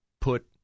put